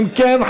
אם כן,